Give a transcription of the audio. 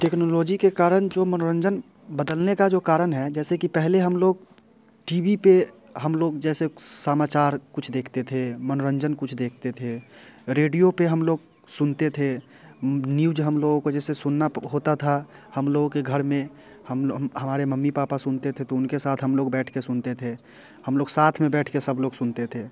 technology के कारण जो मनोरंजन बदलने का जो कारण है जैसे कि पहले हम लोग टी वी पर हम लोग जैसे समाचार कुछ देखते थे मनोरंजन कुछ देखते थे रेडियो पर हम लोग सुनते थे न्यूज हम लोगों को जैसे सुनना होता था हम लोग के घर में हम हमारे मम्मी पापा सुनते थे उनके साथ हम लोग बैठ के सुनते थे हम लोग साथ में बैठ के सब लोग सुनते थे